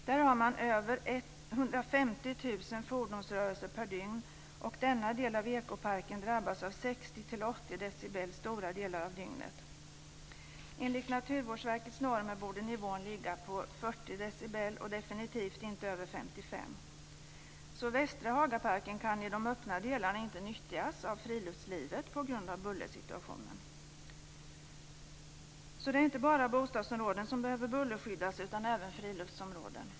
Där har man över 150 000 fordonsrörelser per dygn, och denna del av Ekoparken drabbas av 60-80 decibel stora delar av dygnet. Enligt Naturvårdsverkets normer borde nivån ligga på 40 decibel och definitivt inte över 55 decibel. Västra Hagaparken kan i de öppna delarna inte nyttjas av friluftslivet på grund av bullersituationen. Det är alltså inte bara bostadsområden som behöver bullerskyddas utan även friluftsområden.